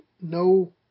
no